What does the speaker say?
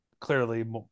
clearly